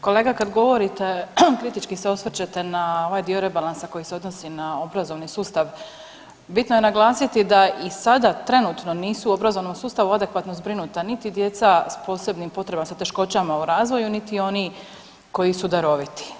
Kolega kad govorite kritičke se osvrćete na ovaj dio rebalansa koji se odnosi na obrazovni sustav bitno je naglasiti da i sada trenutno nisu u obrazovanom sustavu adekvatno zbrinuta niti djeca s posebnim potrebama s teškoćama u razvoju niti oni koji su daroviti.